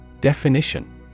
Definition